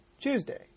Tuesday